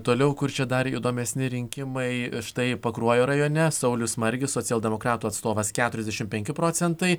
toliau kur čia dar įdomesni rinkimai štai pakruojo rajone saulius margis socialdemokratų atstovas keturiasdešimt penki procentai